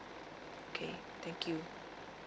okay thank you